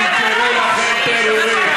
ימכרו לכם פירורים.